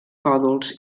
còdols